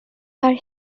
তাৰ